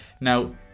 Now